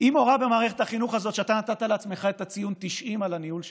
היא מורה במערכת החינוך הזאת שאתה נתת לעצמך את הציון 90 על הניהול שלה,